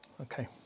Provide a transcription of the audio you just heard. okay